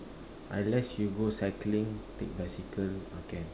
unless you go cycling take bicycle ah can